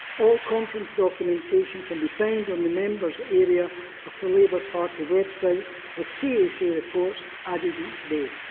all conference documentation can be found on the members area of the labour party website with cac reports added each day.